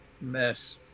Mess